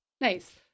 Nice